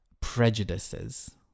prejudices